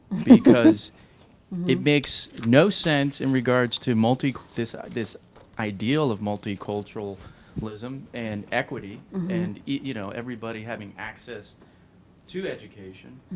because it makes no sense in regards to multi, this ah this ideal of multiculturalism um and equity and, you know, everybody having access to education.